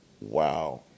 Wow